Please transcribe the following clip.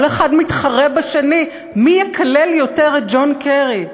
כל אחד מתחרה בשני מי יקלל יותר את ג'ון קרי.